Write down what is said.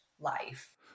life